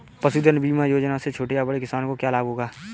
पशुधन बीमा योजना से छोटे या बड़े किसानों को क्या लाभ होगा?